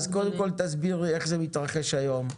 אז קודם כול, תסבירי איך זה מתרחש היום.